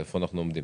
איפה אנחנו עומדים?